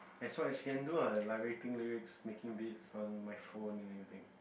that's what you can do lah like making lyrics making vids like on my phone and everything